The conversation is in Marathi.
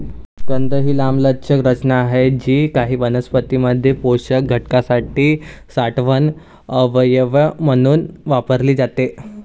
कंद ही लांबलचक रचना आहेत जी काही वनस्पतीं मध्ये पोषक घटकांसाठी साठवण अवयव म्हणून वापरली जातात